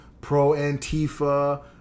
pro-Antifa